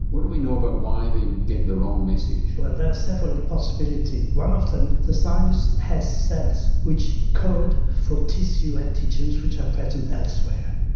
what do we know about why they get the wrong message? well there are several possibilities. one of them the thymus has cells which code for tissue antigens which are present elsewhere.